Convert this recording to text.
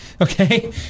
okay